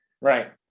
Right